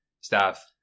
staff